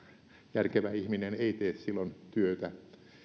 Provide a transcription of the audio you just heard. järkevä ihminen ei tee silloin työtä